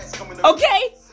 Okay